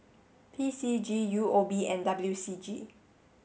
P C G U O B and W C G